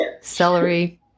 celery